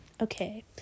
Okay